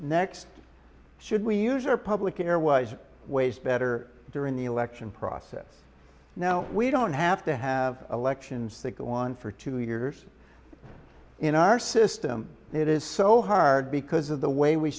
next should we use our public care wiser ways better during the election process now we don't have to have elections that go on for two years in our system it is so hard because of the way we